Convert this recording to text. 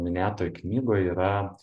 minėtoj knygoj yra